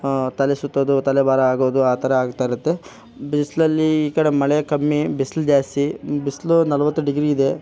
ತಲೆ ಸುತ್ತೋದು ತಲೆ ಭಾರ ಆಗೋದು ಆ ಥರ ಆಗ್ತಾಯಿರತ್ತೆ ಬಿಸಿಲಲ್ಲೀ ಈ ಕಡೆ ಮಳೆ ಕಮ್ಮಿ ಬಿಸ್ಲು ಜಾಸ್ತಿ ಬಿಸಿಲು ನಲವತ್ತು ಡಿಗ್ರಿ ಇದೆ